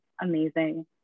amazing